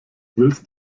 willst